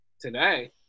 Today